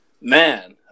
Man